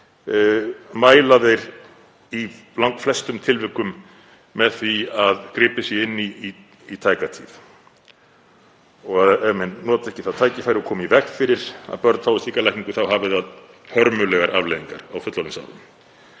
mæla þeir í langflestum tilvikum með því að gripið sé inn í í tæka tíð. Og noti menn ekki tækifærið og komi í veg fyrir að börn fái slíkar lækningu hafi það hörmulegar afleiðingar á fullorðinsárum.